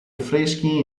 affreschi